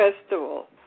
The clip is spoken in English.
Festival